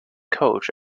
coach